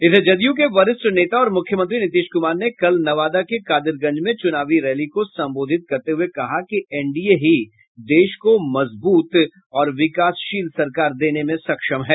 इधर जदयू के वरिष्ठ नेता और मुख्यमंत्री नीतीश कुमार ने कल नवादा के कादिरगंज में चुनावी रैली को संबोधित करते हुए कहा कि एनडीए ही देश को मजबूज और विकासशील सरकार देने में सक्षम है